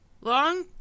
long